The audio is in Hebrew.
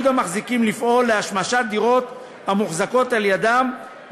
המחזיקים לפעול להשמשת דירות המוחזקות על-ידם,